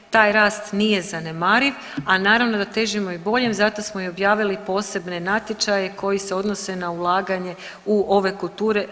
Taj rast nije zanemariv, a naravno da težimo i boljem zato smo i objavili posebne natječaje koji se odnose na ulaganje u ove kulture.